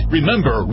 Remember